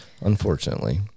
Unfortunately